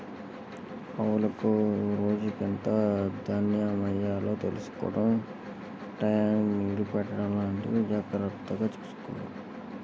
ఆవులకు రోజుకెంత దాణా యెయ్యాలో తెలుసుకోడం టైయ్యానికి నీళ్ళు పెట్టడం లాంటివి జాగర్తగా చూసుకోవాలి